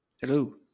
Hello